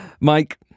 Mike